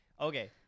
Okay